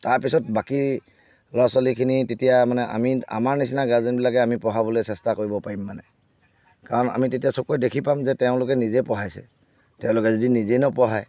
তাৰপিছত বাকী ল'ৰা ছোৱালীখিনি তেতিয়া মানে আমি আমাৰ নিচিনা গাৰ্জেনবিলাকে আমি পঢ়াবলৈ চেষ্টা কৰিব পাৰিম মানে কাৰণ আমি তেতিয়া চকুৰে দেখি পাম যে তেওঁলোকে নিজে পঢ়াইছে তেওঁলোকে যদি নিজে নপঢ়ায়